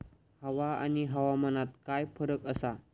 हवा आणि हवामानात काय फरक असा?